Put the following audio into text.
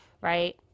right